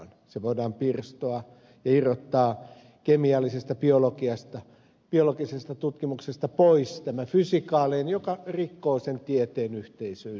tämä fysikaalinen tutkimus voidaan pirstoa ja irrottaa kemiallisesta biologisesta tutkimuksesta pois mikä rikkoo sen tieteen yhtenäisyyden